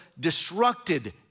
destructed